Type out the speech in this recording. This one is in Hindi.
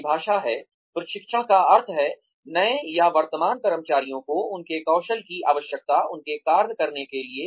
परिभाषा है प्रशिक्षण का अर्थ है नए या वर्तमान कर्मचारियों को उनके कौशल की आवश्यकता उनके कार्य करने के लिए